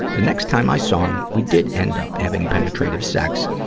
the next time i saw him, we did end up having penetrative sex,